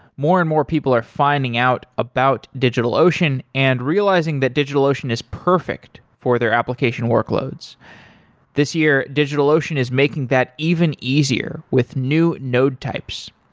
more and more people are finding out about digitalocean and realizing that digitalocean is perfect for their application workloads this year, digitalocean is making that even easier with new node types.